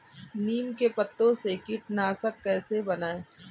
नीम के पत्तों से कीटनाशक कैसे बनाएँ?